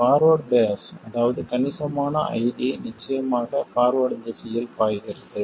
forward bias அதாவது கணிசமான ID நிச்சயமாக ஃபார்வர்ட் திசையில் பாய்கிறது